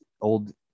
old